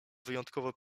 wyjątkowo